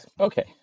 Okay